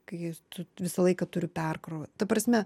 kai tu visą laiką turi perkrovą ta prasme